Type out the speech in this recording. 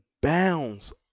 bounds